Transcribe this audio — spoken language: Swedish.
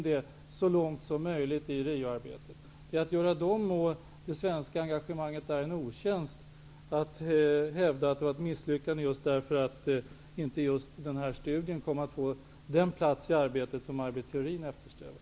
Det vore en orättvis behandling, och det vore även en otjänst mot det svenska engagemanget, att hävda att det skulle vara fråga om ett misslyckande just därför att den här studien inte fått den plats i arbetet som Maj Britt Theorin eftersträvar.